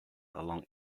along